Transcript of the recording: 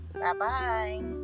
bye-bye